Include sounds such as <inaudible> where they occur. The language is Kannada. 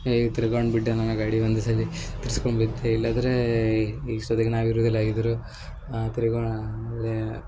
ಹೀಗೆ ತಿರ್ಗೊಂಡು ಬಿಟ್ಟೆ ನನ್ನ ಗಾಡಿ ಒಂದೇ ಸಲ ತಿರ್ಸ್ಕೊಂಬಿದ್ದೆ ಇಲ್ಲಾದರೆ ಇಷ್ಟೊತ್ತಿಗೆ ನಾವು ಇರುವುದಿಲ್ಲ ಆಗಿದ್ದರು <unintelligible>